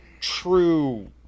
true